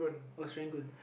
oh Serangoon